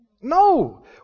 No